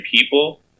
people